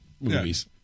movies